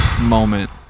moment